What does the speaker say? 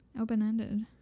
open-ended